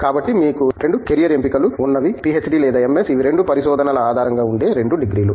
కాబట్టి మీకు 2 క్యారియర్ ఎంపికలు ఉన్నవి పీహెచ్డీ లేదా ఎంఎస్ ఇవి రెండూ పరిశోధనల ఆధారంగా ఉండే రెండు డిగ్రీలు